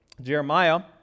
Jeremiah